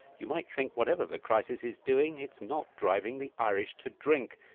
you might think whatever the crisis is doing, it's not driving the irish to drink.